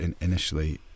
initially